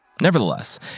Nevertheless